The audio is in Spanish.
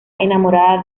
enamorada